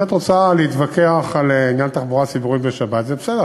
אם את רוצה להתווכח על עניין תחבורה ציבורית בשבת זה בסדר.